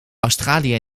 australië